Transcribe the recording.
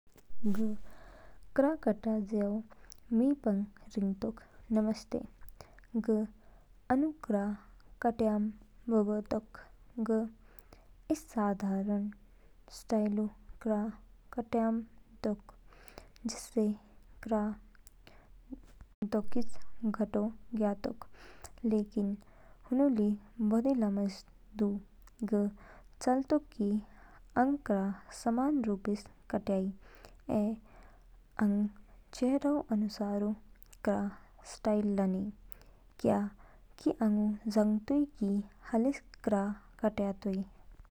ग क्रा करयाजया मि पंग रिंगतोक नमस्ते, ग आनु क्रा कट्याम बबअ तोक। ग इद साधारण स्टाइलऊ क्रा कट्याम ज्ञयातोक, जिसमें क्रा दोकिच गाटो ज्ञयातोक लेकिन हुना ली बोदी लामस दू। ग चालतोक कि आंग क्रा समान रूपीस कट्याई ऐ आंग चेरेऊ अनुसार क्राऊ स्टाइल लानी। क्या कि आंगू जागतोई कि हालेस क्रा कट्यातोई?